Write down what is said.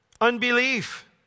unbelief